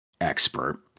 expert